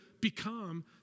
become